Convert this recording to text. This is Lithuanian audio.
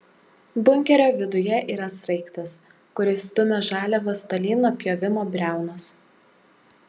bunkerio viduje yra sraigtas kuris stumia žaliavas tolyn nuo pjovimo briaunos